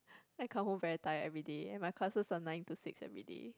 I come home very tired everyday and my classes are nine to six everyday